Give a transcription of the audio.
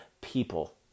people